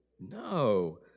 no